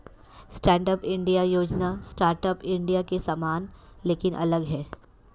stand up India योजना startup India के समान लेकिन अलग है